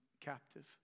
captive